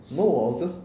no I was just